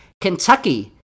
Kentucky